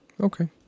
Okay